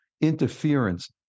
interference